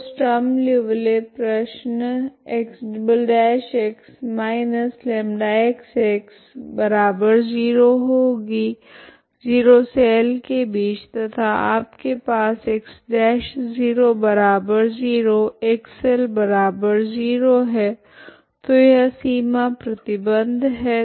तो Sturm Liouville प्रश्न X" λX0 होगी 0 से L के बीच तथा आपके पास X'0 X0 है तो यह सीमा प्रतिबंध है